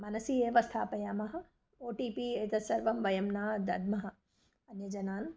मनसि एव स्थापयामः ओ टि पि एतत् सर्वं वयं न दद्मः अन्यजनान्